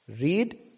Read